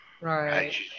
Right